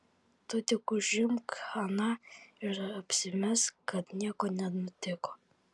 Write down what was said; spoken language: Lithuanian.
tu tik užimk haną ir apsimesk kad nieko nenutiko